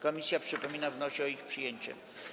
Komisja, przypominam, wnosi o ich przyjęcie.